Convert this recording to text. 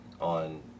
on